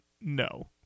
No